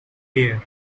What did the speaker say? hair